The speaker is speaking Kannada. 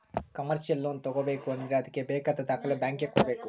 ಕಮರ್ಶಿಯಲ್ ಲೋನ್ ತಗೋಬೇಕು ಅಂದ್ರೆ ಅದ್ಕೆ ಬೇಕಾದ ದಾಖಲೆ ಬ್ಯಾಂಕ್ ಗೆ ಕೊಡ್ಬೇಕು